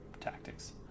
Tactics